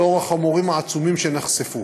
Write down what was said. לאור החומרים העצומים שנחשפו.